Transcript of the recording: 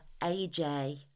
AJ